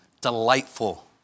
Delightful